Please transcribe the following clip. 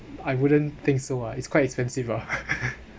I wouldn't think so uh it's quite expensive ah